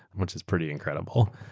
which is pretty incredible.